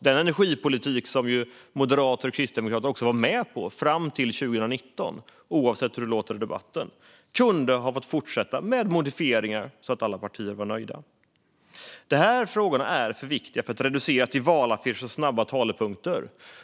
Den energipolitik som moderater och kristdemokrater var med på fram till 2019, oavsett hur det låter i debatten, kunde ha fått fortsätta med modifieringar så att alla partier var nöjda. De här frågorna är för viktiga för att reduceras till valaffischer och snabba talepunkter.